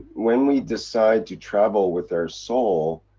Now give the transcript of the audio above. when we decide to travel with our soul,